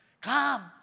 Come